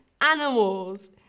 animals